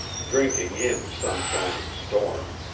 drinking in sunshine and storm,